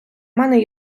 мене